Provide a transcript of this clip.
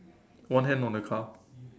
one hand on the car